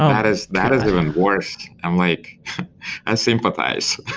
um that is that is even worse. and like i sympathize.